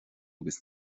agus